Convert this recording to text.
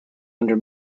under